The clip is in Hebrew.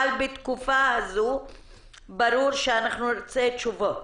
אבל בתקופה הזו ברור שנרצה תשובות